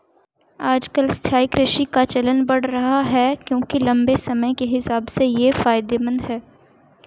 आजकल स्थायी कृषि का चलन बढ़ रहा है क्योंकि लम्बे समय के हिसाब से ये फायदेमंद है